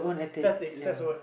ethics that's the word